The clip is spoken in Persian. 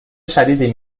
شدیدی